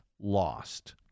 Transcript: lost